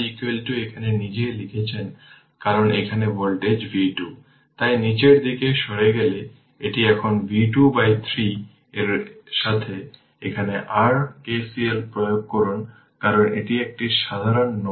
সুতরাং সেক্ষেত্রে i t মূলত 2 5 e এর পাওয়ার 5 t কারণ i L t 2 e এর পাওয়ার 5 t 04 e এর পাওয়ার t 0 এর জন্য 5 t অ্যাম্পিয়ার